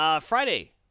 Friday